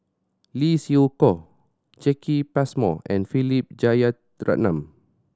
Lee Siew Choh Jacki Passmore and Philip Jeyaretnam